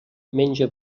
menja